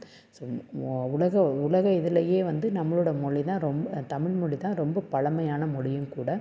so உலக உலக இதுலேயே வந்து நம்மளோடய மொழி தான் ரொம்ப தமிழ்மொழி தான் ரொம்ப பழமையான மொழியும் கூட